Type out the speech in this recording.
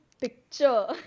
picture